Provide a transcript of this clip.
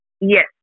Yes